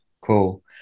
Cool